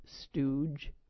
stooge